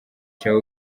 cya